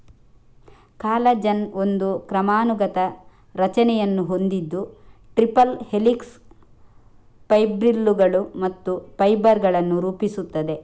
collagen ಒಂದು ಕ್ರಮಾನುಗತ ರಚನೆಯನ್ನು ಹೊಂದಿದ್ದು ಟ್ರಿಪಲ್ ಹೆಲಿಕ್ಸ್, ಫೈಬ್ರಿಲ್ಲುಗಳು ಮತ್ತು ಫೈಬರ್ ಗಳನ್ನು ರೂಪಿಸುತ್ತದೆ